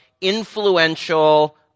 influential